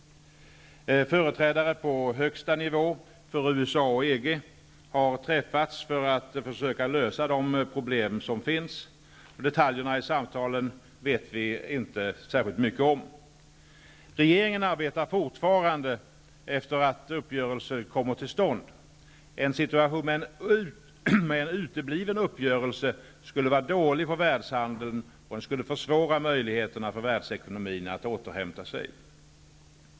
Företrädare för USA och EG på högsta nivå har träffats för att försöka lösa de problem som finns. Detaljerna i samtalen vet vi inte särskilt mycket om. Regeringen arbetar fortfarande efter principen att uppgörelser kommer till stånd. En situation med en utebliven uppgörelse skulle vara dålig för världshandeln, och den skulle försämra möjligheterna för världsekonomin att återhämta sig.